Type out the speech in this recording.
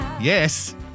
Yes